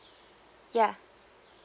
yeah